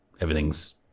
Everything's